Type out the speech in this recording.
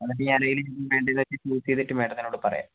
എന്നിട്ട് ഞാൻ അതിൽ വേണ്ടതെല്ലാം ചൂസ് ചെയ്തിട്ട് ഞാൻ മാഡത്തിനോട് പറയാം